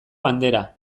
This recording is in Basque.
bandera